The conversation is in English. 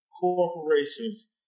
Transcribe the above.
corporations